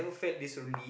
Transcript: felt this wrongly